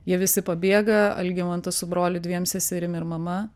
jie visi pabėga algimantas su broliu dviem seserim ir mama